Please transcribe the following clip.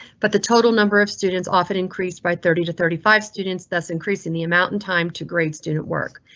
but the total number of students often increased by thirty to thirty five students, thus increasing the amount in time to grade student work.